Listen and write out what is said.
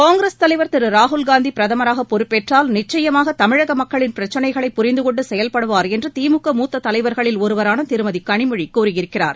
காங்கிரஸ் தலைவர் திரு ராகுல் காந்தி பிரதமராக பொறுப்பேற்றால் நிச்சுயமாக தமிழக மக்களின் பிரச்சினைகளை புரிந்துகொண்டு செயல்படுவார் என்று திமுக மூத்த தலைவர்களில் ஒருவரான திருமதி கனிமொழி கூறியிருக்கிறார்